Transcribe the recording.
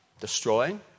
Destroying